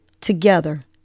Together